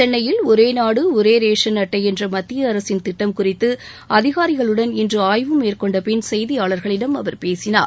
சென்னையில் ஒரே நாடு ஒரே ரேஷன் அட்டட என்ற மத்திய அரசின் திட்டம் குறித்து அதிகாரிகளுடன் இன்று ஆய்வு மேற்கொண்ட பின் செய்தியாளர்களிடம் அவர் பேசினார்